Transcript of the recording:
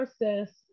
process